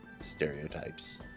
stereotypes